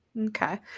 Okay